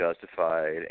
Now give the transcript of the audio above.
justified